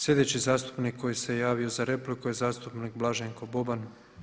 Slijedeći zastupnik koji se javio za repliku je zastupnik Blaženko Boban.